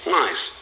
nice